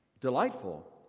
delightful